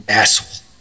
asshole